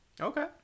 Okay